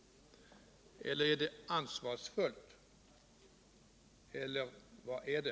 Eller är det ansvarsfullt? Vad är det?